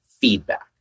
feedback